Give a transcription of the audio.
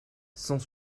cent